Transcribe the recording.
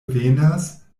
venas